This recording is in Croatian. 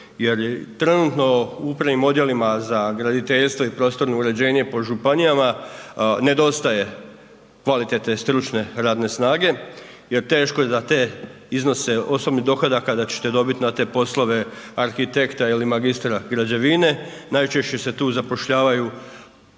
Jer trenutno u upravnim odjelima za graditeljstvo i prostorno uređenje po županijama nedostaje kvalitetne stručne radne snage jer teško je za te iznose osobnih dohodaka da ćete dobiti na te poslove arhitekta ili magistra građevine, najčešće se tu zapošljavaju